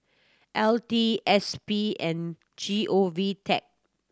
L T S P and G O V Tech